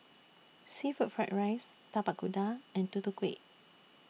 Seafood Fried Rice Tapak Kuda and Tutu Kueh